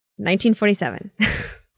1947